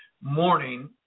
morning